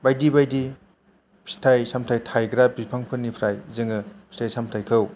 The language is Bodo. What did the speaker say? बायदि बायदि फिथाइ सामथाइ थायग्रा बिफांफोरनिफ्राय जोङो फिथाइ सामथाइखौ